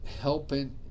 helping